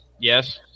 Yes